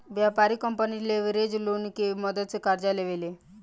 व्यापारिक company leverage loan के मदद से कर्जा लेवे ले